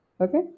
okay